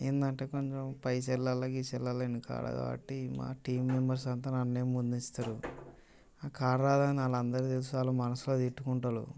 ఏంటంటే కొంచెం పైసల్లాల గీసెల్లాల వెనుకాడ కాబట్టి మా టీం మెంబెర్స్ అంతా ముందు నన్ను ముందు వేస్తారు నాకు ఆట రాదని వాళ్ళు అందరికి తెలుసు వాళ్ళు మనసులో తిట్టుకుంటారు